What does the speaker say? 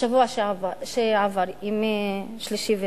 בשבוע שעבר, בימים שלישי ורביעי.